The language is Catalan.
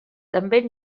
també